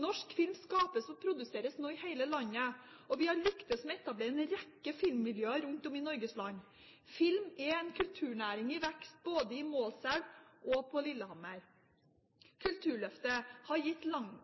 Norsk film skapes og produseres nå i hele landet. Vi har lyktes med å etablere en rekke filmmiljøer rundt om i Norges land. Film er en kulturnæring i vekst både i Målselv og på